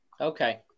Okay